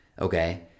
Okay